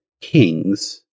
kings